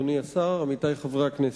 אדוני השר, עמיתי, חברי הכנסת,